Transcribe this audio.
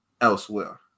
elsewhere